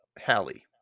Hallie